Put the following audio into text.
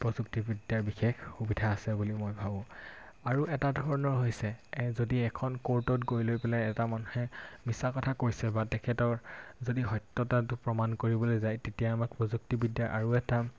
প্ৰযুক্তিবিদ্যাৰ বিশেষ সুবিধা আছে বুলি মই ভাবোঁ আৰু এটা ধৰণৰ হৈছে যদি এখন কৰ্টত গৈ লৈ পেলাই এটা মানুহে মিছা কথা কৈছে বা তেখেতৰ যদি সত্যতাটো প্ৰমাণ কৰিবলৈ যায় তেতিয়া আমাক প্ৰযুক্তিবিদ্যাৰ আৰু এটা